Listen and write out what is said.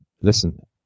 listen